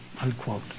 unquote